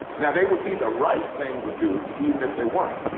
now they would be the right thing to do even if they weren't.